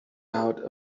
out